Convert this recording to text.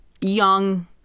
young